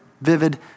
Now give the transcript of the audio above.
vivid